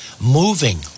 moving